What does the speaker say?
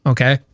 Okay